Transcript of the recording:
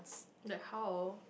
like how